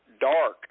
dark